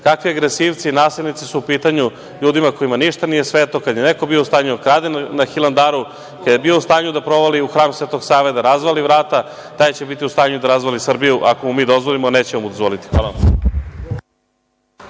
kakvi agresivci i nasilnici su u pitanju, ljudima kojima ništa nije sveto. Kada je neko bio u stanju da krade na Hilandaru, kada je bio u stanju da provali u Hram Svetog Save, da razvali vrata, taj će biti u stanju da razvali Srbiju ako mu mi dozvolimo, a nećemo mu dozvoliti. Hvala